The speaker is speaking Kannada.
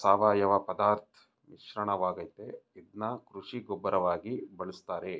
ಸಾವಯವಪದಾರ್ಥದ್ ಮಿಶ್ರಣವಾಗಯ್ತೆ ಇದ್ನ ಕೃಷಿ ಗೊಬ್ಬರವಾಗಿ ಬಳುಸ್ತಾರೆ